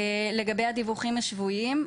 לגבי הדיווחים השבועיים,